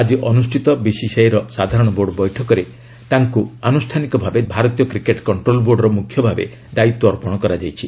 ଆଜି ଅନୁଷ୍ଠିତ ବିସିସିଆଇର ସାଧାରଣ ବୋର୍ଡ ବୈଠକରେ ତାଙ୍କୁ ଆନୁଷ୍ଠାନିକ ଭାବେ ଭାରତୀୟ କ୍ରିକେଟ୍ କଷ୍ଟ୍ରୋଲ୍ ବୋର୍ଡର ମୁଖ୍ୟ ଭାବେ ଦାୟିତ୍ୱ ଅର୍ପଣ କରାଯାଇଛି